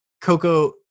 Coco